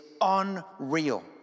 unreal